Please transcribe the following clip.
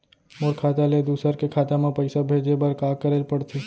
मोर खाता ले दूसर के खाता म पइसा भेजे बर का करेल पढ़थे?